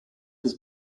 his